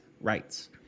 rights